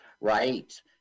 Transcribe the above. right